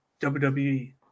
WWE